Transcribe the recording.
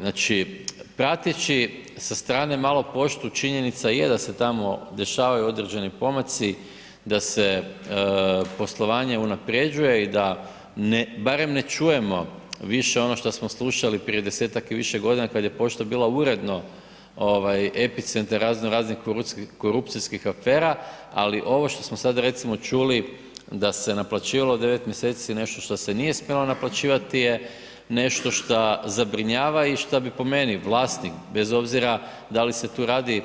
Znači, prateći sa strane malo poštu, činjenica je da se tamo dešavaju određeni pomaci, da se poslovanje unapređuje i da, barem ne čujemo više ono što smo slušali prije 10-tak i više godina kad je pošta bila uredno epicentar razno, raznih korupcijskih afera, ali ovo što smo sad recimo čuli da se naplaćivalo 9 mjeseci nešto što se nije smjelo naplaćivati je nešto šta zabrinjava i šta bi po meni vlasnik, bez obzira da li se tu radi